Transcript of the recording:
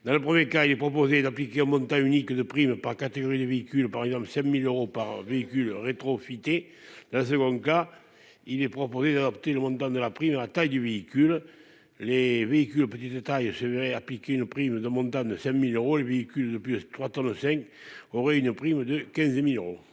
Dans le 1er cas, il est proposé d'appliquer montant unique de primes par catégorie de véhicules par exemple 5000 euros par véhicule rétro fuité d'second cas, il est proposé d'adopter le montant de la prime à la taille du véhicule. Les véhicules de petite taille se verraient appliquer une prime d'un montant de 5000 euros le véhicule de plus 3 ans, le cinq aurait une prime de 15.000 euros.